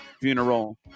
funeral